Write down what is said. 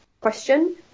question